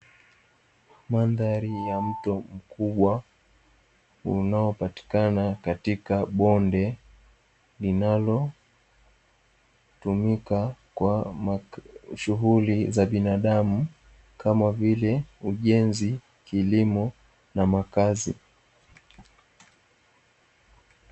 Mandhari ya mto mkubwa unaopatikana katika bonde linalotumika kwa shughuli za binadamu kama vile ujenzi, kilimo na makazi.